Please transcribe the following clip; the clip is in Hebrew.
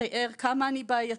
ותאר כמה אני בעייתית,